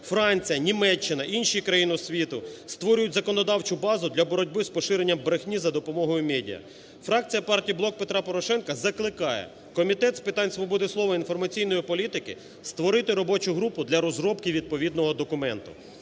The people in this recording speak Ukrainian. Франція, Німеччина, інші країни світу створюють законодавчу базу для боротьби з поширенням брехні за допомогою медіа. Фракція партії "Блок Петра Порошенка" закликає Комітет з питань свободи слова, інформаційної політики створити робочу групу для розробки відповідного документу.